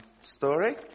story